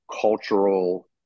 cultural